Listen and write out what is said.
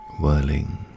whirling